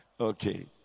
Okay